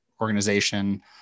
organization